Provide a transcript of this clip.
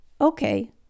okay